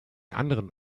anderen